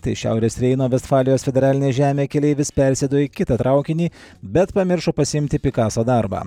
tai šiaurės reino vestfalijos federalinė žemė keleivis persėdo į kitą traukinį bet pamiršo pasiimti pikaso darbą